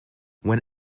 when